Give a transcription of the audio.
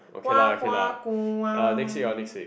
kwa kwa kwa wa wa wa